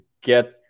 get